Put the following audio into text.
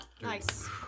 Nice